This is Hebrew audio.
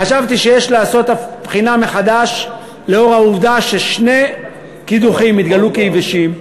וחשבתי שיש לעשות בחינה מחדש לאור העובדה ששני קידוחים התגלו כיבשים,